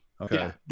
Okay